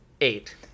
eight